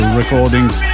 recordings